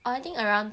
oh I think around